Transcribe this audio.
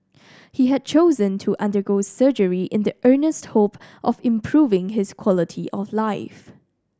he had chosen to undergo surgery in the earnest hope of improving his quality of life